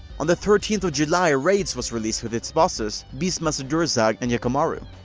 on the thirteenth of july, raids was released with its bosses, beastmaster durzag and yakamaru.